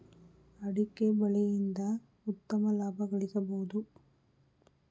ಅಡಿಕೆ ಬೆಳೆಯಿಂದ ಉತ್ತಮ ಲಾಭ ಗಳಿಸಬೋದು